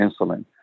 insulin